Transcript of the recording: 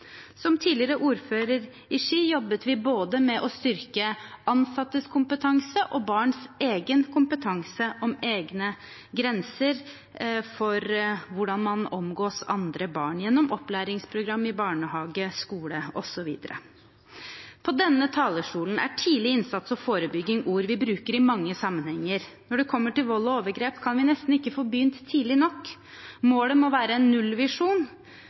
Som tidligere ordfører i Ski jobbet jeg med å styrke både ansattes kompetanse og barns kompetanse om egne grenser for hvordan man omgås andre barn, gjennom opplæringsprogram i barnehage, skole osv. På denne talerstolen er «tidlig innsats» og «forebygging» ord vi bruker i mange sammenhenger. Når det kommer til vold og overgrep, kan vi nesten ikke få begynt tidlig nok. Målet må være en nullvisjon